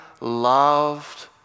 loved